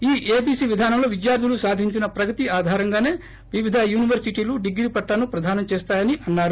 ఈ ఏబీసీ విధానంలో విద్యార్థులు సాధించిన ప్రగతి ఆధారంగానో వివిధ యూనివర్శిటీలు డిగ్రీ పట్టాను ప్రదానం చేస్తాయని ఆయన అన్నారు